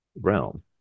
realm